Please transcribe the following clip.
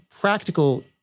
practical